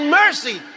mercy